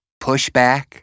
pushback